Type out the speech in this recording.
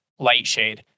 Lightshade